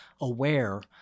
aware